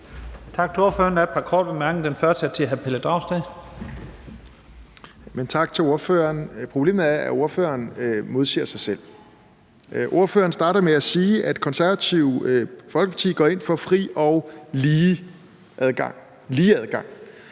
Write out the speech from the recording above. Tak til ordføreren. Der er et par korte bemærkninger. Den første er til hr. Pelle Dragsted. Kl. 12:35 Pelle Dragsted (EL): Tak til ordføreren. Problemet er, at ordføreren modsiger sig selv. Ordføreren starter med at sige, at Det Konservative Folkeparti går ind for fri og lige adgang – lige adgang.